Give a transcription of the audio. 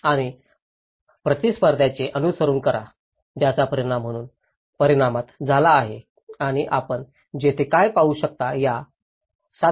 आणि प्रतिस्पर्ध्याचे अनुसरण करा ज्याचा परिणाम म्हणून परिणामात झाला आहे आणि आपण येथे काय पाहू शकता या 7